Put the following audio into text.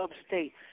upstate